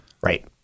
Right